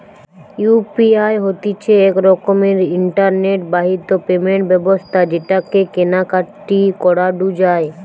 UPI হতিছে এক রকমের ইন্টারনেট বাহিত পেমেন্ট ব্যবস্থা যেটাকে কেনা কাটি করাঢু যায়